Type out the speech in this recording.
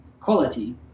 quality